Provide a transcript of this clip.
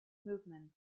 movement